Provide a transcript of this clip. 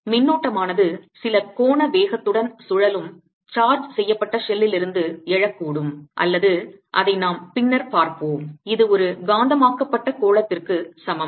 மின்னோட்டமானது சில கோண வேகத்துடன் சுழலும் சார்ஜ் செய்யப்பட்ட ஷெல்லிலிருந்து எழக்கூடும் அல்லது அதை நாம் பின்னர் பார்ப்போம் இது ஒரு காந்தமாக்கப்பட்ட கோளத்திற்கு சமம்